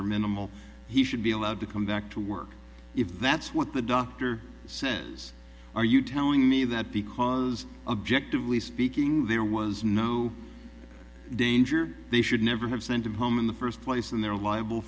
are minimal he should be allowed to come back to work if that's what the doctor says are you telling me that because objectively speaking there was no danger they should never have sent him home in the first place and they're liable